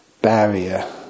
barrier